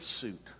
suit